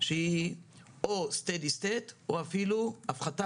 שהיא או סטדי סטייט או אפילו הפחתה